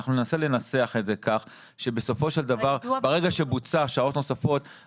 אנחנו ננסה לנסח את זה כך שבסופו של דבר ברגע שבוצע שעות נוספות,